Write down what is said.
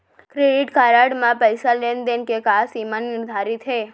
Credit card म पइसा लेन देन के का सीमा निर्धारित हे?